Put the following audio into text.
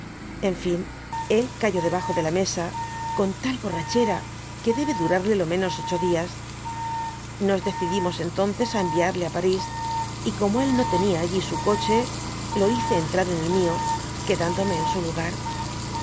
en fin él cayó debajo de la mesa coq tal borrachera que debe tomo i dby google durarle lo menos ocho días nos decidimos entonces á enviarle á paris j como é no tenia allí su coche lo hize entrar en el mió quedándome en su lugar